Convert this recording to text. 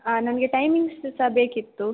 ನನಗೆ ಟೈಮಿಂಗ್ಸ್ ಸಹ ಬೇಕಿತ್ತು